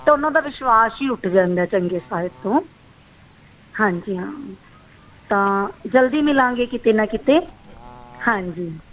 ਅਤੇ ਉਹਨਾਂ ਦਾ ਵਿਸ਼ਵਾਸ ਹੀ ਉੱਠ ਜਾਂਦਾ ਚੰਗੇ ਸਾਹਿਤ ਤੋਂ ਹਾਂਜੀ ਹਾਂ ਤਾਂ ਜਲਦੀ ਮਿਲਾਂਗੇ ਕਿਤੇ ਨਾ ਕਿਤੇ ਹਾਂਜੀ